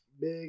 big